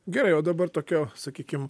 gerai o dabar tokia sakykime